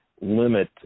limit